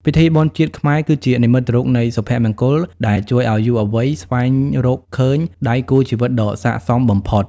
ពិធីបុណ្យជាតិខ្មែរគឺជា "និមិត្តរូបនៃសុភមង្គល" ដែលជួយឱ្យយុវវ័យស្វែងរកឃើញដៃគូជីវិតដ៏ស័ក្តិសមបំផុត។